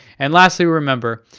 and lastly remember,